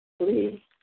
Please